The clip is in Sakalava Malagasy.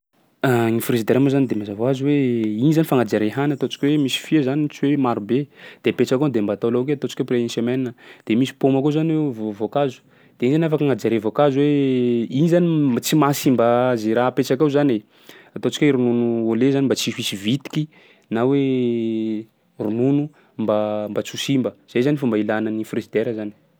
Gny frizidera moa zany de mazava hoazy hoe igny zany fagnajaria hany ataontsika hoe misy fia zany ohatsy hoe marobe de apetsaky ao de mba atao laoky ataontsika hoe après une semaine de misy paoma koa zany ao vo- voankazo, de igny afaky agnajariva voankazo hoe igny zany tsy mahasimba zay raha apetsaky ao zany e, ataontsika hoe ronono au lait zany mba tsy ho hisy vitiky na hoe ronono mba mba tsy ho simba. Zay zany fomba ilana ny frizidera zany.